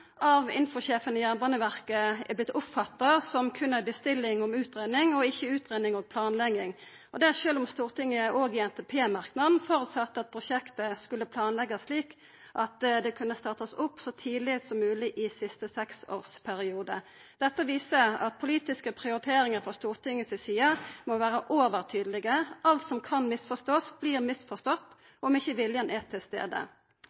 oppfatta av informasjonssjefen i Jernbaneverket som berre ei bestilling om ei utgreiing, ikkje utgreiing og planlegging, og det sjølv om Stortinget i NTP-merknaden føresette at prosjektet skulle planleggjast slik at det kunna startast opp så tidleg som mogleg i den siste seksårsperioden. Dette viser at politiske prioriteringar frå Stortinget si side må vera overtydelege – alt som kan verta misforstått, vert misforstått om ikkje viljen er til